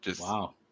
Wow